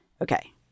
Okay